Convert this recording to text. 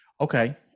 Okay